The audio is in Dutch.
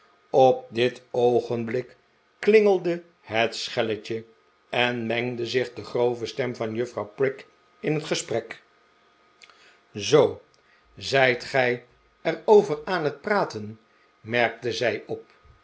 op dit oogenblik klingelde het schelletje en mengde zich de grove stem van juffrouw prig in het gesprek zoo zijt gij er over aan het praten merkte zij op